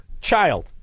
child